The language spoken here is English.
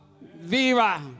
viva